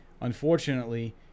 Unfortunately